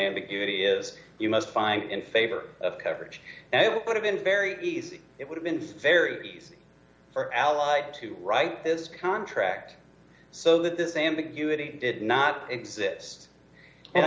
ambiguity is you must find in favor of coverage it would have been very easy it would have been very easy for allied to write this contract so that this ambiguity did not exist and